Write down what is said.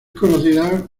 conocida